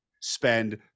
spend